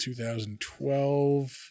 2012